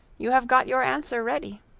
you have got your answer ready.